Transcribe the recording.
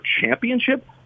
championship